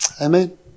Amen